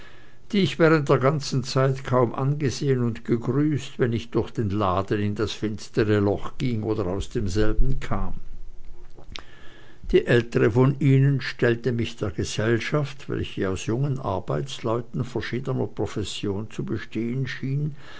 die ich während der ganzen zeit kaum angesehen und gegrüßt wenn ich durch den laden in das finstre loch ging oder aus demselben kam die ältere von ihnen stellte mich der gesellschaft welche aus jungen arbeitsleuten verschiedener profession zu bestehen schien